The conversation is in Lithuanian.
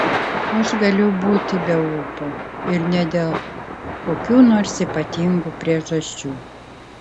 aš galiu būti be ūpo ir ne dėl kokių nors ypatingų priežasčių